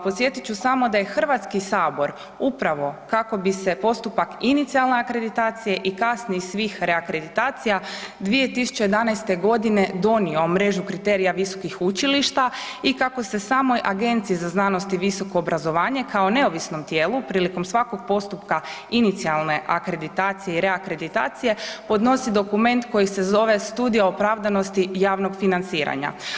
Podsjetit ću samo da je Hrvatski sabor upravo kako bi se inicijalne akreditacije i kasnije svih reakreditacija 2011. g. donio mrežu kriterija visokih učilišta i kako se samoj Agenciji za znanost i visoko obrazovanje kao neovisnom tijelu prilikom svakog postupka inicijalne akreditacije i reakreditacije, podnosi dokument koji se zove Studija opravdanosti javnog financiranja.